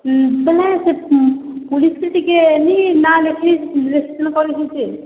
ବେଲେ ସେ ପୋଲିସ୍କେ ଟିକେ ନି ନାଁ ଲେଖେଇଥିତ ଆରେଷ୍ଟ୍ କରିଥିତେ